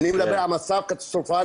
אני מדבר על מצב קטסטרופאלי.